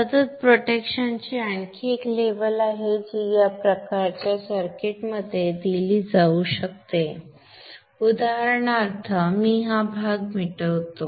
सतत प्रोटेक्शन ची आणखी एक लेवल आहे जी या प्रकारच्या सर्किटमध्ये दिली जाऊ शकते उदाहरणार्थ मी हा भाग मिटवतो